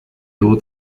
tuvo